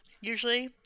usually